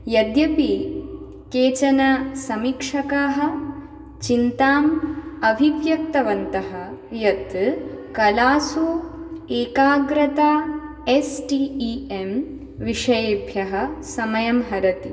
यद्यपि केचन समीक्षकाः चिन्ताम् अभिव्यक्तवन्तः यत् कलासु एकाग्रता एस् टि ई एम् विषयेभ्यः समयं हरति